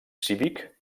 cívic